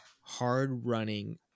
hard-running